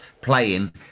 playing